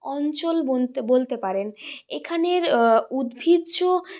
অঞ্চল বনতে বলতে পারেন এখানের উদ্ভিজ্জ